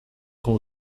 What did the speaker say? com